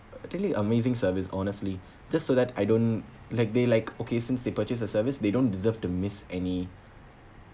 utterly amazing service honestly just so that I don't like they like okay since they purchase a service they don't deserve to miss any